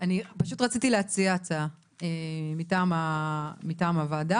אני רציתי להציע הצעה מטעם הוועדה,